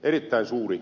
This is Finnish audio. erittäin suuri